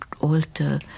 alter